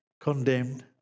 condemned